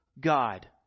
God